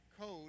code